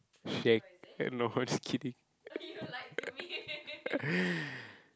shag no just kidding